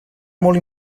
molt